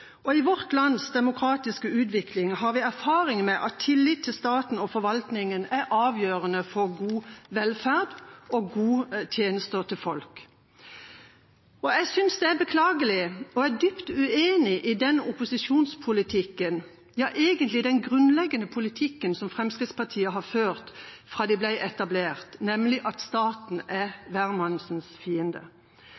og i vårt lands demokratiske utvikling har vi erfaring med at tillit til staten og forvaltningen er avgjørende for god velferd og for at folk får gode tjenester. Og jeg synes det er beklagelig med – og jeg er dypt uenig i – den opposisjonspolitikken, ja, egentlig den grunnleggende politikken som Fremskrittspartiet har ført fra de ble etablert, nemlig at staten er